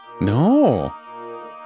No